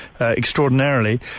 extraordinarily